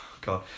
God